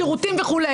שירותים וכו'.